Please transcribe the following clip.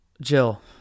Jill